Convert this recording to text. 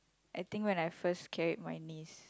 I think when I first carried my niece